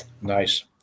nice